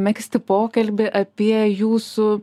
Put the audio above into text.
megzti pokalbį apie jūsų